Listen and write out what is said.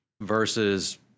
versus